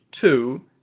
two